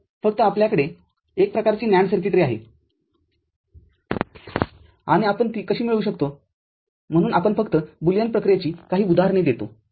तर फक्त आपल्याकडे एक प्रकारची NAND सर्किटरीआहे आणि आपण ती कशी मिळवू शकतो म्हणून आपण फक्त बुलियन प्रक्रियेची काही उदाहरणे देतो